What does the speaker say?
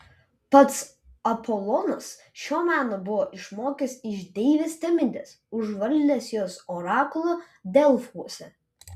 pats apolonas šio meno buvo išmokęs iš deivės temidės užvaldęs jos orakulą delfuose